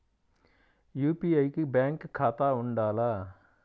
UPI కి bank ఖాతా ఉండాల?